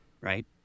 right